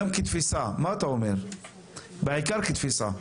בעיקר כתפיסה.